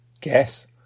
guess